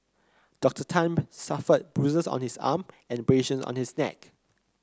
Doctor Tan suffered bruises on his arm and abrasion on his neck